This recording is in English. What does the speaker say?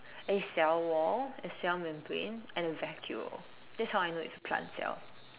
a cell wall a cell membrane and a vacuole this is how I know it's a plant cell